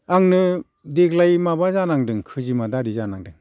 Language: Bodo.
आंनो देग्लाय माबा जानांदों खैजिमा दारि जानांदों